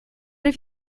have